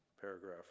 paragraph